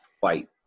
fight